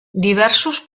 diversos